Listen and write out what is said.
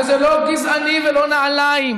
וזה לא גזעני ולא נעליים,